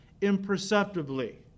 imperceptibly